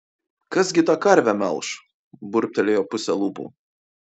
kas gi tą karvę melš burbtelėjo puse lūpų